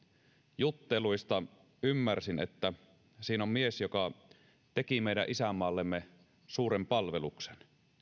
jutteluista ymmärsin että siinä on mies joka teki meidän isänmaallemme suuren palveluksen